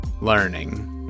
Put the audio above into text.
learning